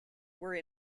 were